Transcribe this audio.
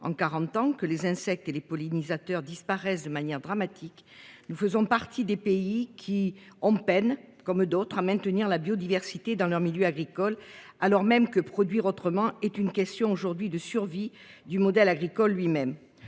ans et que les insectes et les pollinisateurs disparaissent de manière dramatique. Nous faisons partie des pays qui, comme d'autres, peinent à maintenir la biodiversité dans leurs milieux agricoles, alors même que produire autrement est aujourd'hui une question de survie du modèle agricole lui-même.